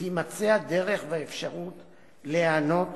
תימצא הדרך והאפשרות להיענות